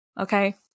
Okay